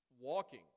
Walking